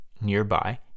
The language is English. nearby